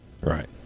Right